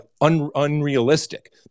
unrealistic